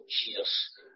jesus